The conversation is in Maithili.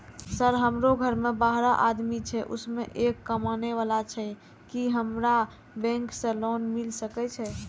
सर हमरो घर में बारह आदमी छे उसमें एक कमाने वाला छे की हमरा बैंक से लोन मिल सके छे?